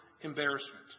embarrassment